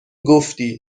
گفتی